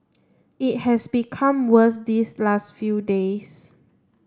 it has become worse these last few days